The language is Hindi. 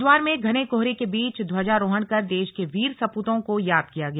हरिद्वार में घने कोहरे के बीच ध्वजा रोहण कर देश के वीर सपूतों को याद किया गया